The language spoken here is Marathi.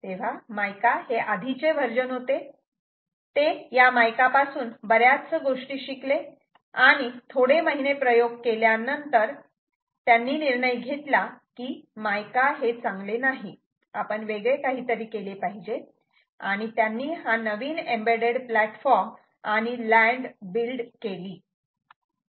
तेव्हा मायका हे आधीचे व्हर्जन होते ते या मायका पासून बऱ्याच गोष्टी शिकले आणि थोडे महिने प्रयोग केल्यानंतर त्यांनी निर्णय घेतला की मायका हे चांगले नाही आपण वेगळे केले पाहिजे आणि त्यांनी हा नवीन एम्बेडेड प्लॅटफॉर्म आणि लँड बिल्ड केली